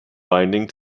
binding